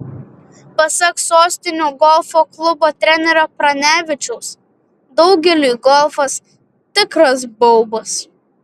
pasak sostinių golfo klubo trenerio pranevičiaus daugeliui golfas tikras baubas